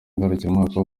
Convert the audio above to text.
ngarukamwaka